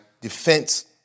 defense